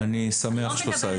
אני שמח שאת עושה את זה.